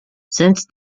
since